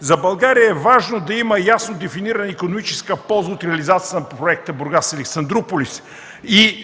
„За България е важно да има ясно дефинирана икономическа полза от реализацията на проекта „Бургас – Александруполис”.”